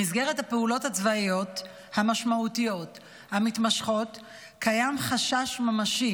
במסגרת הפעולות הצבאיות המשמעותיות המתמשכות קיים חשש ממשי